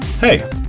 Hey